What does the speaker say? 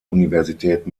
universität